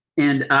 and